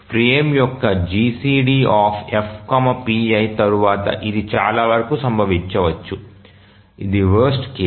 frame యొక్క GCDFpi తర్వాత ఇది చాలా వరకు సంభవించవచ్చు ఇది వరస్ట్ కేస్